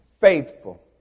faithful